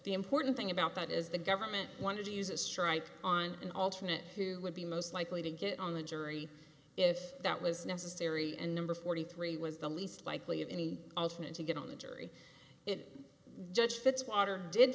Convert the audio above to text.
the important thing about that is the government wanted to use a strike on an alternate who would be most likely to get on the jury if that was necessary and number forty three was the least likely of any alternate to get on the jury judge fitzwater did